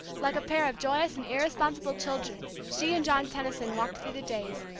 like a pair of joyous and irresponsible children she and john tenison walked through the days,